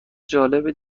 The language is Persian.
جالب